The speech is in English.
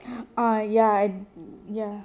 ah ya ya